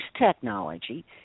technology